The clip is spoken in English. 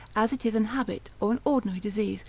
as it is an habit, or an ordinary disease,